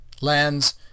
lands